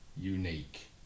unique